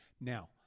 Now